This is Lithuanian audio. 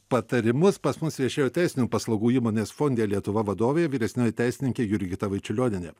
patarimus pas mus viešėjo teisinių paslaugų įmonės fonde lietuva vadovė vyresnioji teisininkė jurgita vaičiulionienė